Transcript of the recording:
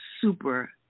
super